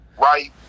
Right